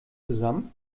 zusammen